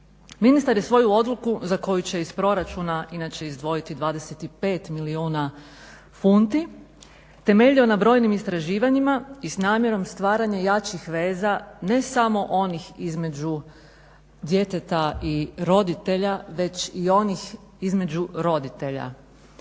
Ministar je svoju odluku za koju će iz proračuna inače izdvojiti 25 milijuna funti temeljio na brojnim istraživanjima i s namjerom stvaranja jačih veza ne samo onih između djeteta i roditelja već i onih između roditelja.